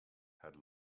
had